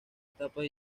etapas